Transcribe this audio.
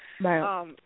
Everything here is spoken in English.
Right